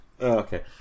okay